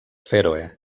fèroe